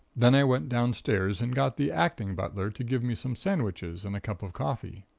then i went downstairs and got the acting butler to give me some sandwiches and a cup of coffee.